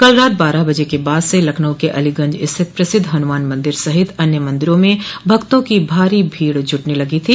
कल रात बारह बजे के बाद से लखनऊ के अलीगंज स्थित प्रसिद्ध हनुमान मंदिर सहित अन्य मंदिरों में भक्तों की भारी भीड़ जुटने लगी थी